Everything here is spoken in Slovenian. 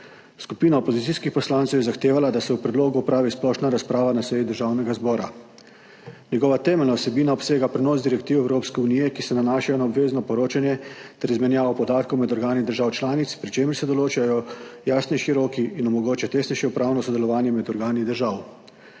Skupina opozicijskih poslancev je zahtevala, da se o predlogu opravi splošna razprava na seji Državnega zbora. Njegova temeljna vsebina obsega prenos direktiv Evropske unije, ki se nanaša na obvezno poročanje ter izmenjavo podatkov med organi držav članic, pri čemer se določajo jasnejši roki in omogoča tesnejše upravno sodelovanje med organi držav.